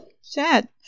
sad